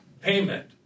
payment